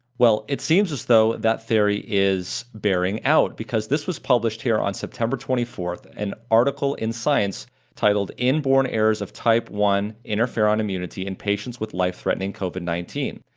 well, it seems as though that theory is bearing out because this was published here on september twenty fourth, an article in science titled inborn errors of type one interferon immunity in patients with life-threatening covid nineteen,